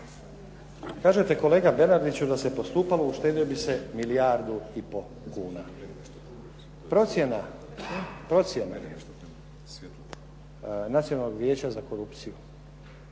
Slažem se kolega Bernardiću, da se postupalo uštedio bi se milijardu i pol kuna. Procjena, procjena Nacionalnog vijeća za korupciju